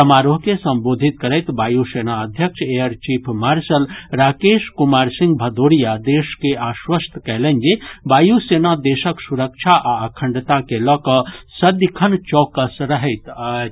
समारोह के संबोधित करैत वायु सेना अध्यक्ष air chief marshal Rakesh Kumar Singh Bhadoria देश के आश्वस्त कयलनि जे वायु सेना देशक सुरक्षा आ अखण्डता के लऽ कऽ सदिखन चौकस रहैत अछि